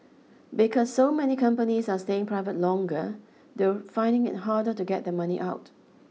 because so many companies are staying private longer they're finding it harder to get their money out